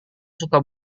suka